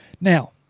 Now